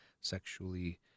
sexually